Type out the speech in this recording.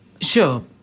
Sure